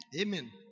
Amen